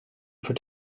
for